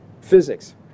physics